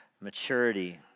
maturity